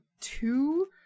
two